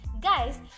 Guys